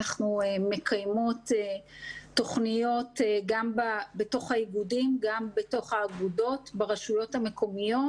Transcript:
אנחנו מקיימות תוכניות גם בתוך האיגודים והאגודות ברשויות המקומיות,